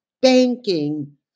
banking